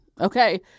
Okay